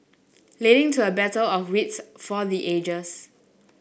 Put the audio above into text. leading to a battle of wits for the ages